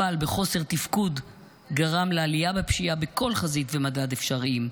אבל בחוסר תפקוד גרם לעלייה בפשיעה בכל חזית ומדד אפשריים,